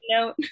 note